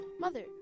Mother